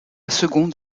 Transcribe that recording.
seconde